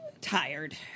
tired